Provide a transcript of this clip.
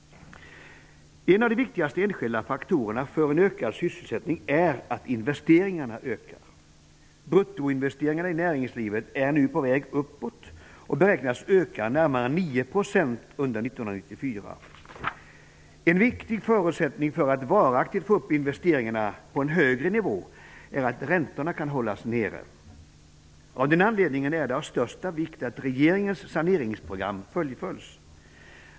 En av de viktigaste enskilda faktorerna för en förbättrad sysselsättning är att investeringarna ökar. Bruttoinvesteringarna i näringslivet är nu på väg uppåt och beräknas öka med närmare 9 % under 1994. En viktig förutsättning för att varaktigt få upp investeringarna på en högre nivå är att räntorna kan hållas nere. Av den anledningen är det av största vikt att regeringens saneringsprogram fullföljs.